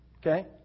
Okay